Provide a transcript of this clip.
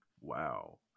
wow